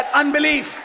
unbelief